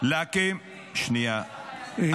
להקים --- אבל אתה פוגע בחיילים.